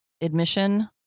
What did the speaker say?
admission